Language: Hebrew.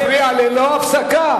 חבר הכנסת והבה, אתה מפריע ללא הפסקה.